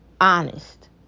honest